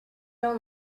don’t